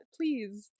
please